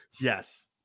Yes